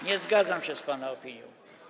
Nie zgadzam się z pana opinią.